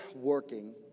working